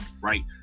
right